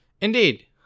Indeed